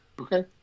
Okay